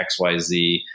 XYZ